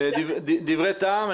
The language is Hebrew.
דברי טעם,